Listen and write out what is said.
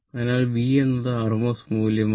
അതിനാൽ V എന്നത് rms മൂല്യമാണ്